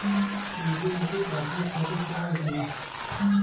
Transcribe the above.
সূর্যমুখী চাষের সঠিক সময় কি?